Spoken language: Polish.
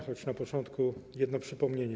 Choć na początku jedno przypomnienie.